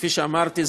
כפי שאמרתי,